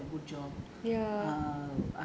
the temple volunteers they did a good job